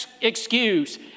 excuse